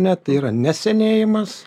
ne tai yra ne senėjimas